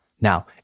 Now